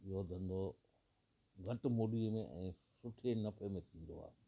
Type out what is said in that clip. इहो धंधो घटि मूड़ी में ऐं सुठे नफ़े में थींदो आहे